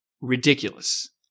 ridiculous